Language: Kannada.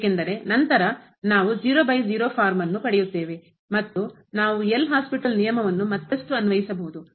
ಏಕೆಂದರೆ ನಂತರ ನಾವು ಫಾರ್ಮ್ ಅನ್ನು ಪಡೆಯುತ್ತೇವೆ ಮತ್ತು ನಾವು ಎಲ್ ಹಾಸ್ಪಿಟಲ್ ನಿಯಮವನ್ನು ಮತ್ತಷ್ಟು ಅನ್ವಯಿಸಬಹುದು